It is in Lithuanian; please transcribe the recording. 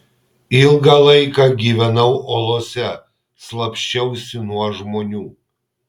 ilgą laiką gyvenau olose slapsčiausi nuo žmonių